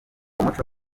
muco